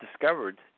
discovered